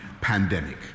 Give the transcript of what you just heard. pandemic